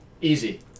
Easy